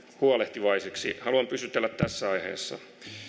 huolehtivaisiksi haluan pysytellä tässä aiheessa